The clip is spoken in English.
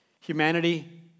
humanity